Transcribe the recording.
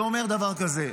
זה אומר דבר כזה.